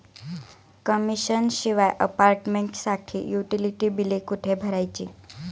Commission शिवाय अपार्टमेंटसाठी utility बिले कुठे भरायची?